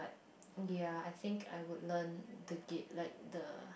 ya I think I would learn the gift~ like the